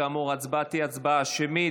כאמור, ההצבעה תהיה הצבעה שמית.